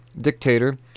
dictator